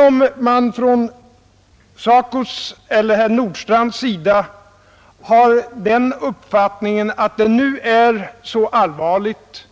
Om SACO och herr Nordstrandh har den uppfattningen att detta är så allvarligt